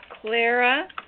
Clara